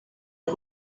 est